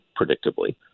predictably